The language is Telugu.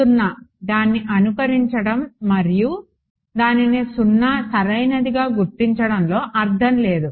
0 దాన్ని అనుకరించడం మరియు దానిని 0 సరైనదిగా గుర్తించడంలో అర్థం లేదు